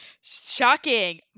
Shocking